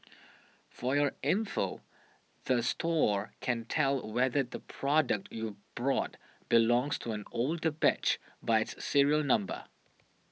for your info the store can tell whether the product you brought belongs to an older batch by its serial number